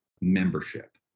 membership